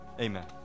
amen